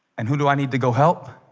and who do i need to go help